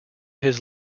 his